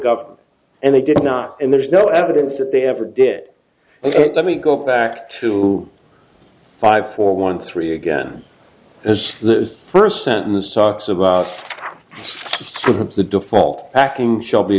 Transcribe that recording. government and they did not and there's no evidence that they ever did he said let me go back to five four one three again as the first sentence talks about five of the default packing shall be